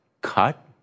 cut